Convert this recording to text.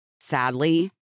Sadly